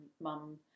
mum